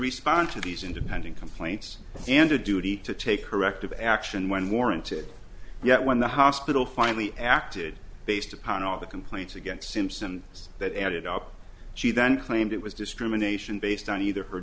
respond to these independent complaints and a duty to take corrective action when warranted yet when the hospital finally acted based upon all the complaints against simpson was that added up she then claimed it was discrimination based on either